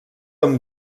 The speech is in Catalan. amb